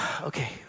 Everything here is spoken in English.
okay